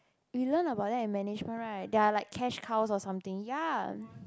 you learn about that in management right they are like cash cow or something ya